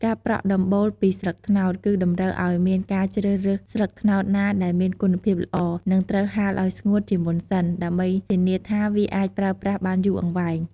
ការប្រក់ដំបូលពីស្លឹកត្នោត គឺតម្រូវឲ្យមានការជ្រើសរើសស្លឹកត្នោតណាដែលមានគុណភាពល្អ និងត្រូវហាលឲ្យស្ងួតជាមុនសិន ដើម្បីធានាថាវាអាចប្រើប្រាស់បានយូរអង្វែង។